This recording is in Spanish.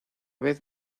vez